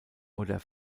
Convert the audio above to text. oder